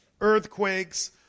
earthquakes